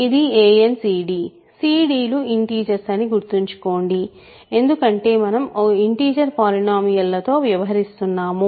ఇది ancd cd లు integers అని గుర్తుంచుకోండి ఎందుకంటే మనం ఇంటిజర్ పాలినోమియల్ లతో వ్యవహరిస్తున్నాము